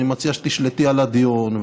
אני מציע שתשלטי על הדיון,